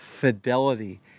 Fidelity